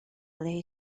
lay